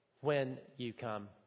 when-you-come